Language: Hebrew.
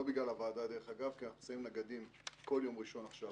לא בגלל הוועדה דרך אגב כי אנחנו שמים נגדים כל יום ראשון עכשיו,